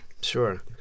Sure